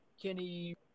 Kenny